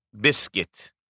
Biscuit